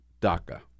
DACA